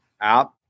app